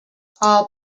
all